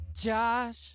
Josh